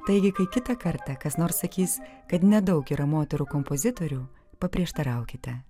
taigi kai kitą kartą kas nors sakys kad nedaug yra moterų kompozitorių paprieštaraukite